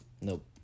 Nope